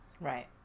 Right